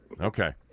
Okay